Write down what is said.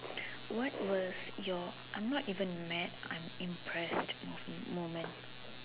what was your I'm not even mad I'm impressed moment